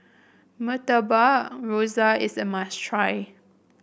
Murtabak Rusa is a must try